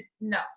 No